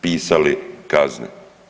Pisali kazne.